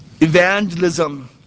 evangelism